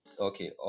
Okay